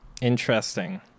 Interesting